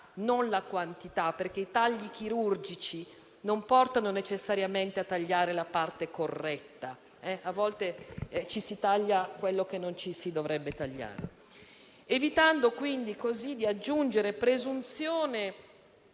non la quantità, perché i tagli chirurgici non portano necessariamente a tagliare la parte corretta: a volte si taglia quello che non si dovrebbe tagliare. In tal modo si eviterebbe di aggiungere presunzione